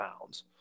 pounds